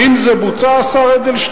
האם זה בוצע, השר אדלשטיין?